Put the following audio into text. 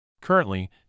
Currently